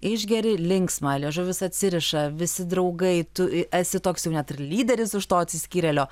išgeri linksma liežuvis atsiriša visi draugai tu esi toks jau net ir lyderis iš to atsiskyrėlio